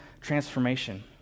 transformation